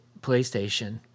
playstation